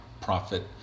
profit